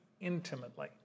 intimately